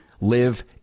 live